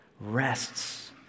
rests